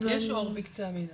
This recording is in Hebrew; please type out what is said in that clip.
יש אור בקצה המנהרה,